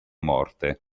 morte